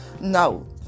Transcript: No